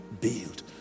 build